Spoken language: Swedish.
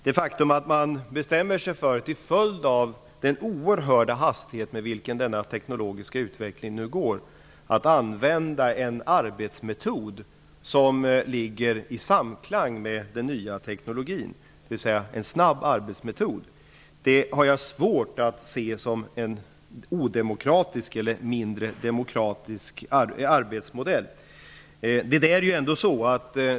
Det faktum att man, till följd av den oerhörda hastighet med vilken denna teknologiska utveckling nu går, bestämmer sig för att använda en arbetsmetod som ligger i samklang med den nya teknologin, dvs. en snabb arbetsmetod, har jag svårt att se som en mindre demokratisk arbetsmodell.